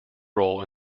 role